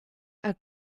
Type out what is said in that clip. are